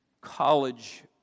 college